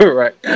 right